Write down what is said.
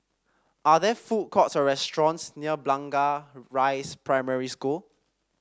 are there food courts or restaurants near Blangah Rise Primary School